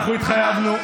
אנחנו התחייבנו,